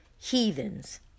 heathens